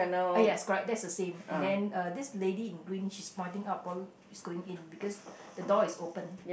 ah yes correct that's the same and then uh this lady in green she's pointing up all she's going in because the door is open